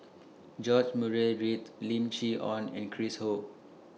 George Murray Reith Lim Chee Onn and Chris Ho